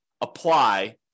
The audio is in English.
apply